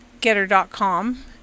Getter.com